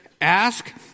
ask